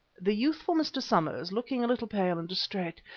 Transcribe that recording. the youthful mr. somers, looking a little pale and distrait,